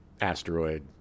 asteroid